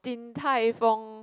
Din-Tai-Fung